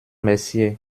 messier